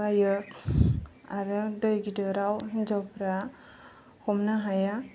बायो आरो दै गिदिराव हिनजावफ्रा हमनो हाया